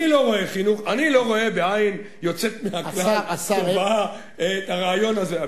אני לא רואה בעין יוצאת מהכלל טובה את הרעיון הזה.